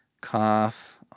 cough